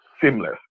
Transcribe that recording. seamless